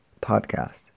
podcast